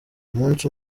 umunsi